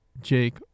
Jake